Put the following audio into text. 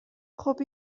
خوب